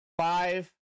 five